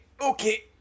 Okay